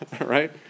Right